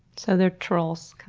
so, they're trolls, kind